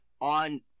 on